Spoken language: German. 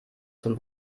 zum